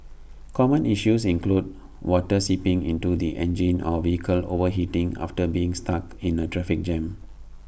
common issues include water seeping into the engine or vehicles overheating after being stuck in A traffic jam